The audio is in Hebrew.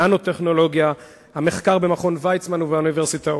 ננו-טכנולוגיה, המחקר במכון ויצמן ובאוניברסיטאות.